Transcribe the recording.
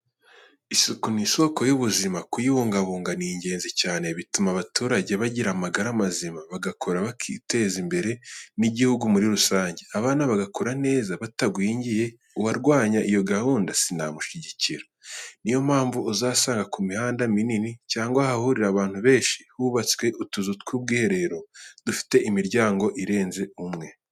Isuku ni isoko y'ubuzima. Kuyibungabunga ni ingenzi cyane, bituma abaturage bagira amagara mazima, bagakora bakiteza imbere n'igihugu muri rusange, abana bagakura neza batagwingiye, uwarwanya iyo gahunda sinamushyigikira. Ni yo mpamvu uzasanga ku mihanda minini cyangwa ahahurira abantu benshi hubatse utuzu tw'ubwiherero, dufite imiryango irenze umwe.